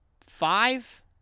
five